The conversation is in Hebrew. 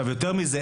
יותר מזה,